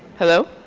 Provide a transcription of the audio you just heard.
hello.